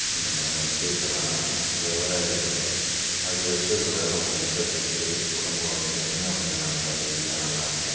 அந்த மாதிரியான விஷயத்தெல்லாம் ரெகுலராக எடுத்துப்பேன் அது எடுத்துக்கிறதால நம்ம ஊட்டச்சத்து உடம்போட ஸ்டாமினா வந்து நல்லா ஹெவியாக நல்லாயிருக்கும்